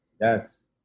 Yes